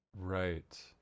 Right